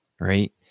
Right